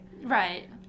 Right